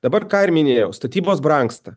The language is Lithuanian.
dabar ką ir minėjau statybos brangsta